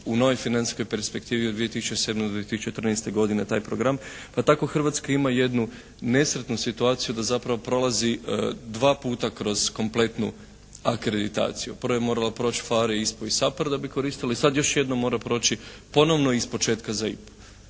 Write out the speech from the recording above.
u novoj financijskoj perspektivi od 2007. do 2014. godine taj program. Pa tako Hrvatska ima jednu nesretnu situaciju da zapravo prolazi dva puta kroz kompletnu akreditaciju. Prvo je morala proći PHARE, ISPA-u i SAPARD da bi koristila i sad još jednom mora proći ponovo iz početka za IPA-u.